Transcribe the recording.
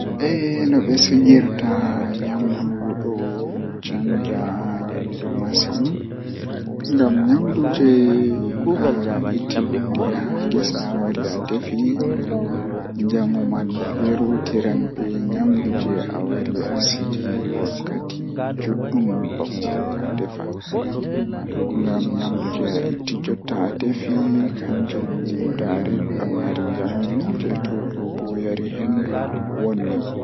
Gimol jei mi burdaa yiduki kanjum woni gimol hiphop rap bedon iyona dum ko wadi midon yidi dum bo ko wani bo dum don wela mi masin nobe yimirta be nobe wolwatagimol man don wela mi masin.